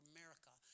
America